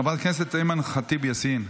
חבר הכנסת אימאן ח'טיב יאסין,